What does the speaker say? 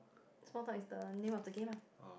small talk is the name of the game ah